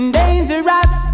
Dangerous